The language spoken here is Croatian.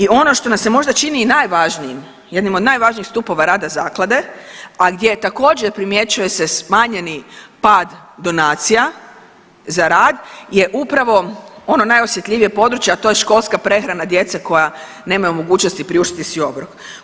I ono što nam se možda čini i najvažnijim, jednim od najvažnijih stupova rada zaklade, a gdje je također primjećuje se smanjeni pad donacija za rad je upravo ono najosjetljivije područje, a to je školska prehrana djece koja nemaju mogućnosti priuštiti si obrok.